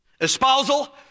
espousal